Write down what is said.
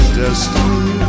destiny